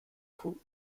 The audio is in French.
coup